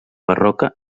barroca